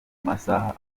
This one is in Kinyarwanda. masaha